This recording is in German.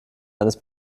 eines